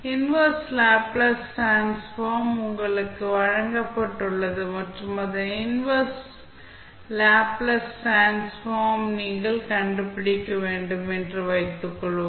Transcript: inverse Laplace transform F உங்களுக்கு வழங்கப்பட்டுள்ளது மற்றும் அதன் இன்வெர்ஸ் லேப்ளேஸ் டிரான்ஸ்ஃபார்ம் நீங்கள் கண்டுபிடிக்க வேண்டும் என்று வைத்துக்கொள்வோம்